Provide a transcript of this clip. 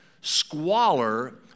squalor